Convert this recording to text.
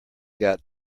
got